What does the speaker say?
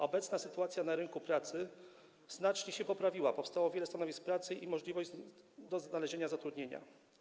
Obecnie sytuacja na rynku pracy znacznie się poprawiła, powstało wiele stanowisk pracy i jest możliwość znalezienia zatrudnienia.